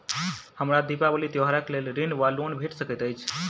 हमरा दिपावली त्योहारक लेल ऋण वा लोन भेट सकैत अछि?